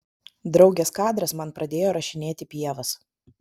draugės kadras man pradėjo rašinėti pievas